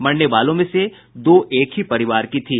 मरने वालों में से दो एक ही परिवार की थी